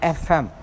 fm